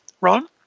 Ron